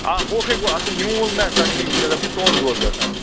آ ہوٚکھَے گوٚو اَصٕل نیوٗل نہ تَتھ چھُ توٚن دۄد گژھان